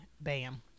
Bam